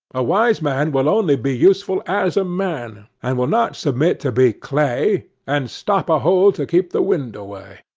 a wise man will only be useful as a man, and will not submit to be clay, and stop a hole to keep the wind away,